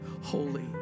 holy